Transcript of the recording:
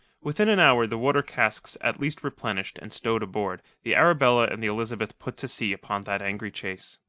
within an hour, the water-casks at least replenished and stowed aboard, the arabella and the elizabeth put to sea upon that angry chase.